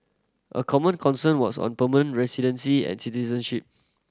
a common concern was on permanent residency and citizenship